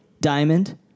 Diamond